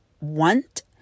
want